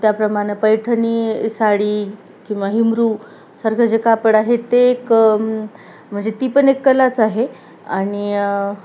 त्याप्रमाणं पैठणी साडी किंवा हिमरू सारखं जे कापड आहे ते एक म्हणजे ती पण एक कलाच आहे आणि